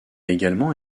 également